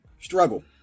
struggle